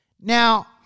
Now